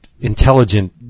intelligent